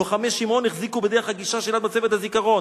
לוחמי שמעון החזיקו בדרך הגישה שליד מצבת הזיכרון,